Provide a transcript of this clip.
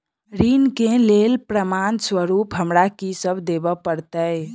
ऋण केँ लेल प्रमाण स्वरूप हमरा की सब देब पड़तय?